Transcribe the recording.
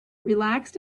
relaxed